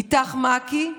איתך-מעכי,